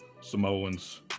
Samoans